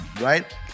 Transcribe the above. right